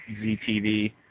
ztv